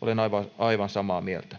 olen aivan aivan samaa mieltä